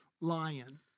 lion